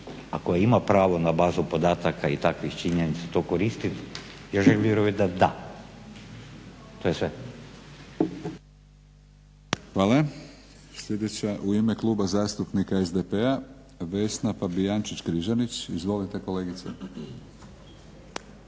koja ima pravo na bazu podataka i takvih činjenica to koristiti, ja želim vjerovat da da. To je sve. **Batinić, Milorad (HNS)** Hvala. Sljedeća u ime Kluba zastupnika SDP-a Vesna Fabijančić-Križanić. Izvolite kolegice.